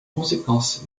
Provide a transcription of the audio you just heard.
conséquence